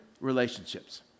Relationships